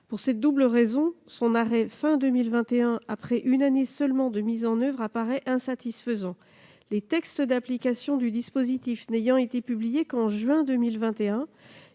Pour cette double raison, son arrêt fin 2021, après une année seulement de mise en oeuvre, apparaît insatisfaisant. Les textes d'application du dispositif n'ayant été publiés qu'en juin 2021,